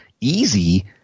easy